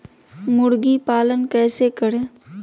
मुर्गी पालन कैसे करें?